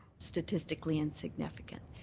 statistically insignificant.